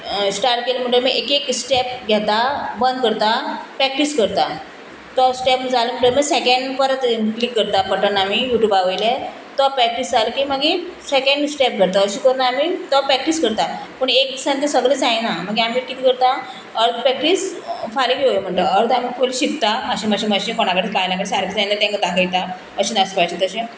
start केली म्हणटगीर एक एक स्टेप घेता बंद करता प्रॅक्टीस करता तो स्टेप जालें म्हणटगीर मागीर सेकँड परत क्लिक करता बटन आमी यूट्यूबा वयले तो प्रॅक्टीस जाल की मागीर सेकँड स्टेप करता अशें करून आमी तो प्रॅक्टीस करता पूण एक दिसान तें सगळें जायना मागीर आमी कितें करता अर्द प्रॅक्टीस फाल्यां घेवया म्हणटा अर्द आमी पयलीं शिकता अशें मातशें मातशें कोणाकडेन बायलांकडेन सारकें तेंका दाखयता अशें नाचपाचें तशें